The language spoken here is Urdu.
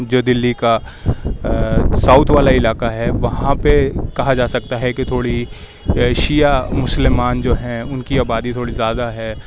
جو دلی کا ساؤتھ والا علاقہ ہے وہاں پہ کہا جا سکتا ہے کہ تھوڑی شیعہ مسلمان جو ہیں ان کی آبادی تھوڑی زیادہ ہے